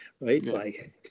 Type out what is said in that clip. right